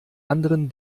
anderen